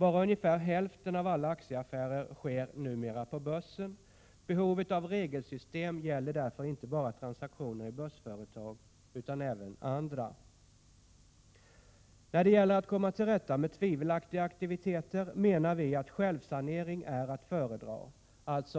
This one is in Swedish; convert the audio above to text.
Bara ungefär hälften av alla aktieaffärer sker numera på börsen. Behovet av regelsystem gäller därför inte bara för de transaktioner som avser börsföretag utan även andra. När det gäller att komma till rätta med tvivelaktiga aktiviteter menar vi att självsanering är att föredra